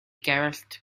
gerallt